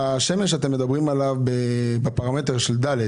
בשמן שאתם מדברים עליו בפרמטר של ד,